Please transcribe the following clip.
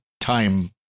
time